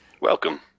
Welcome